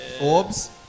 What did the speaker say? Orbs